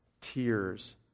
tears